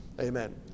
Amen